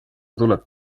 tuleb